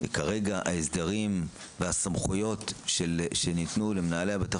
וכרגע ההסדרים והסמכויות שניתנו למנהלי בתי